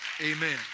Amen